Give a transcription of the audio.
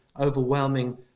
overwhelming